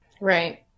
right